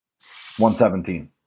117